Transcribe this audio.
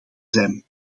zijn